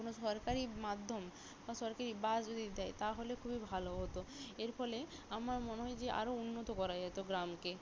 কোনও সরকারি মাধ্যম বা সরকারি বাস যদি দেয় তাহলে খুবই ভালো হতো এর ফলে আমার মনে হয় যে আরও উন্নত করা যেত গ্রামকে